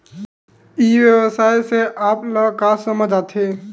ई व्यवसाय से आप ल का समझ आथे?